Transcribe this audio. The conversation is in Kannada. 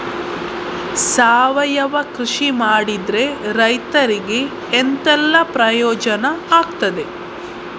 ಸಾವಯವ ಕೃಷಿ ಮಾಡಿದ್ರೆ ರೈತರಿಗೆ ಎಂತೆಲ್ಲ ಪ್ರಯೋಜನ ಆಗ್ತದೆ?